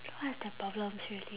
what's their problem seriously